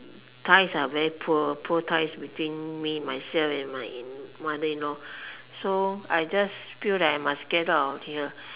ties are very poor poor ties between me myself and my in mother in law so I just feel that I must get out of here